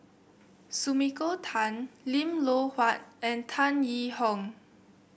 Sumiko Tan Lim Loh Huat and Tan Yee Hong